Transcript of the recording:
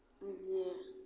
जे